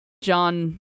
John